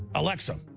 alexa,